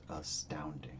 astounding